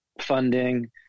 funding